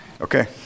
Okay